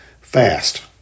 fast